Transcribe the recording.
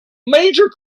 major